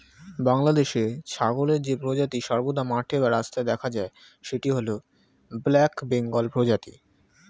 বাংলাদেশে ছাগলের যে প্রজাতি সর্বদা মাঠে বা রাস্তায় দেখা যায় সেটি হল ব্ল্যাক বেঙ্গল প্রজাতি